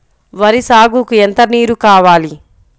వరి సాగుకు ఎంత నీరు కావాలి?